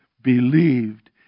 believed